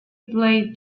played